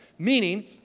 Meaning